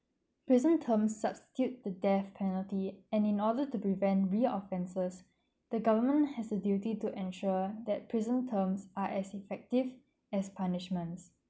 prison terms substitute the death penalty and in order to prevent re-offences the government has the duty to ensure that prison terms are as effective as punishments